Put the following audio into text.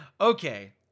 Okay